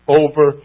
over